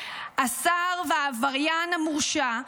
השר והעבריין המורשע,